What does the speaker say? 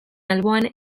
alboan